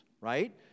right